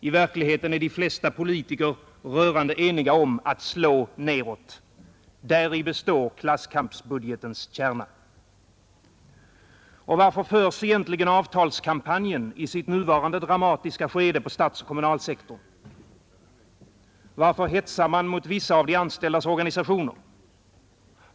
I verkligheten är de flesta politiker rörande eniga om att slå nedåt. Däri ligger klasskampsbudgetens kärna. Och varför förs egentligen avtalskampanjen i sitt nuvarande dramatiska skede på statsoch kommunalsektorn? Varför hetsar man mot vissa av de anställdas organisationer?